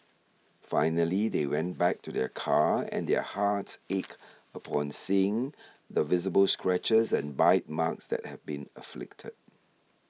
finally they went back to their car and their hearts ached upon seeing the visible scratches and bite marks that had been inflicted